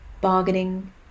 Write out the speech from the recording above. bargaining